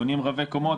בונים רבי קומות.